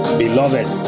beloved